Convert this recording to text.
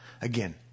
Again